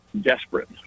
desperate